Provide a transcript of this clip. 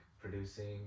producing